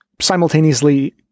simultaneously